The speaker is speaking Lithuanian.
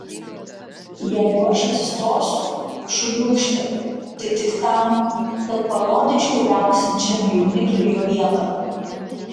jeigu aš atsistosiu šuniūkšti tai tik tam kad parodyčiau viauksinčiam jaunikliui jo vietą